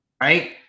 Right